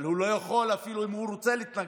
אבל הוא לא יכול, אפילו אם הוא רוצה להתנגד,